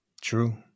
True